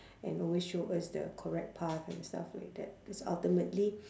and always show us the correct path and stuff like that cause ultimately